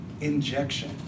injection